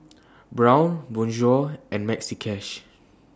Braun Bonjour and Maxi Cash